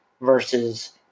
versus